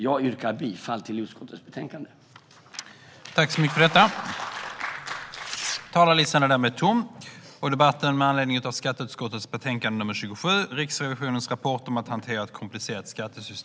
Jag yrkar bifall till förslaget i utskottets betänkande.